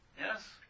Yes